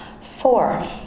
Four